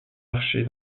archers